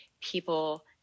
people